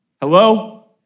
Hello